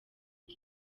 uko